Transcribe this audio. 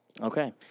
Okay